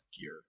gear